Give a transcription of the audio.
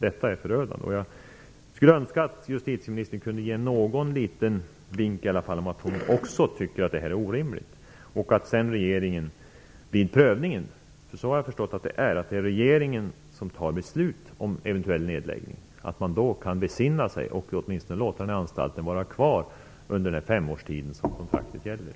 Detta är förödande. Jag skulle önska att justitieministern i alla fall kunde ge någon liten vink om att hon också tycker att det här är orimligt. Jag har förstått att det är regeringen som fattar beslut om en eventuell nedläggning, och jag hoppas att regeringen vid den prövningen kan besinna sig och åtminstone låta anstalten vara kvar under de fem år som kontraktet gäller.